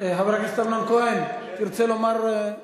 חבר הכנסת אמנון כהן, תרצה לומר?